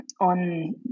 on